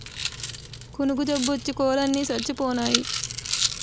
కునుకు జబ్బోచ్చి కోలన్ని సచ్చిపోనాయి